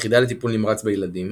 יחידה לטיפול נמרץ בילדים